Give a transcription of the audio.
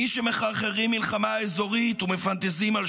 אותו